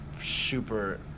super